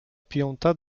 piąta